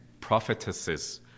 prophetesses